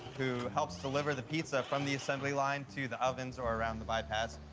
who helps deliver the pizza from the assembly line to the ovens, or around the bypass,